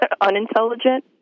unintelligent